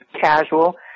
casual